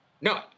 No